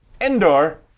Endor